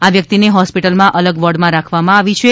આ વ્યક્તિને હોસ્પિટલમાં અલગ વોર્ડમાં રાખવામાં આવી છે